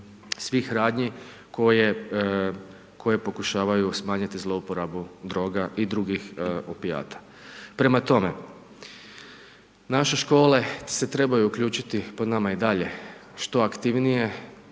svih radnji koje pokušavaju smanjiti zlouporabu droga i drugih opijata. Prema tome, naše škole se trebaju uključiti po nama i dalje što aktivnije